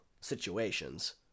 situations